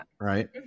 right